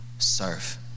Serve